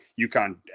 UConn